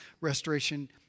restoration